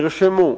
נרשמו,